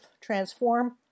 transform